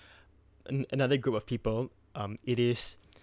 an~ another group of people um it is